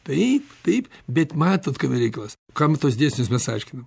taip taip bet matot kame reikalas kam tuos dėsnius mes aiškinam